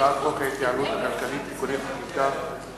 מטעם הכנסת: הצעת חוק ההתייעלות הכלכלית (תיקוני חקיקה ליישום,